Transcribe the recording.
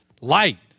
Light